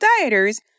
dieters